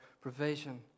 provision